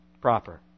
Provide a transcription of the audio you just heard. proper